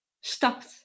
stopped